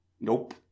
nope